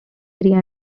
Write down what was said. area